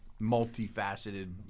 multifaceted